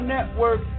Network